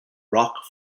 rock